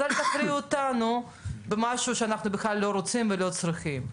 אז אל תכריחו אותנו במשהו שאנחנו בכלל לא רוצים ולא צריכים.